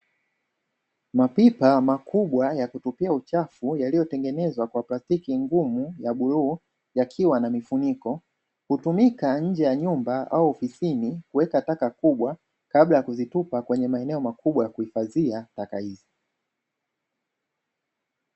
Mapipa makubwa ya kutupia uchafu yaliyotengenezwa kwa plastiki ngumu ya bluu yakiwa na mifuniko, hutumika nje ya nyumba au ofisini kuweka taka kubwa kabla ya kuzitupa kwenye maeneo makubwa ya kuhifadhia taka hizi.